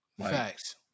Facts